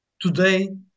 Today